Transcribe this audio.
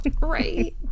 Right